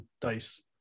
dice